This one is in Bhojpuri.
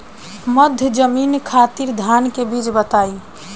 मध्य जमीन खातिर धान के बीज बताई?